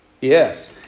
Yes